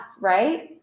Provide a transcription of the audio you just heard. right